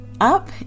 up